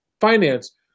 finance